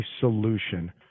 solution